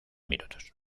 minutos